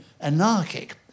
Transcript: anarchic